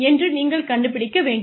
என்று நீங்கள் கண்டுபிடிக்க வேண்டும்